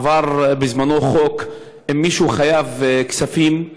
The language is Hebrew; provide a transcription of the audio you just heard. עבר חוק שאם מישהו חייב כספים,